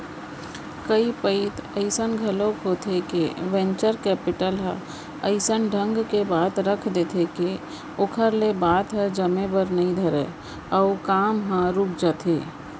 कई परत अइसन घलोक होथे के वेंचर कैपिटल ह अइसन ढंग के बात रख देथे के ओखर ले बात ह जमे बर नइ धरय अउ काम ह रुक जाथे